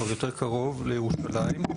יותר קרוב לירושלים.